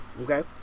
okay